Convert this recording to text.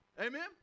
Amen